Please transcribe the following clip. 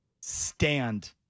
stand